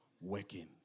working